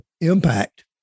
impact